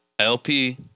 LP